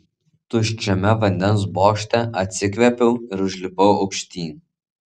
tuščiame vandens bokšte atsikvėpiau ir užlipau aukštyn